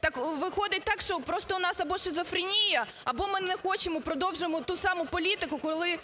Так виходить так, що просто в нас або шизофренія, або ми не хочемо, продовжуємо ту саму політику, коли